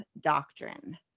doctrine